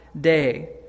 day